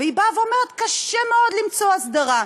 והיא באה ואומרת: קשה מאוד למצוא הסדרה.